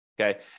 okay